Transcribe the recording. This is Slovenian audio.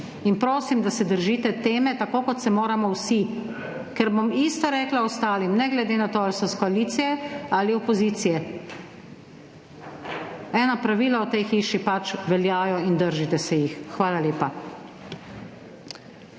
Prosim, da se držite teme, tako kot se moramo vsi. Ker bom isto rekla ostalim ne glede na to, ali so iz koalicije ali opozicije. Ena pravila v tej hiši pač veljajo in držite se jih. Hvala lepa.